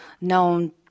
known